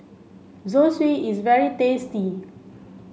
Zosui is very tasty